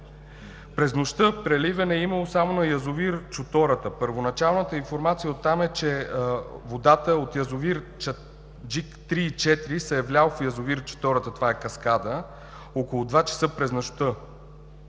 През нощта преливане е имало само на яз. „Чутората“. Първоначалната информация от там е, че водата от яз. „Чанаджик“ 3 и 4, се е вляла в яз. „Чутората“, това е каскада, около 02,00 ч. през нощта,